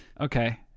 Okay